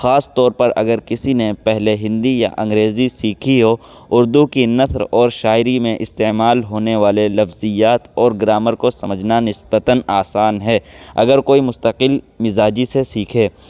خاص طور پر اگر کسی نے پہلے ہندی یا انگریزی سیکھی ہو اردو کی نثر اور شاعری میں استعمال ہونے والے لفظیات اور گرامر کو سمجھنا نسبتاً آسان ہے اگر کوئی مستقل مزاجی سے سیکھے